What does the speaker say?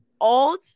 old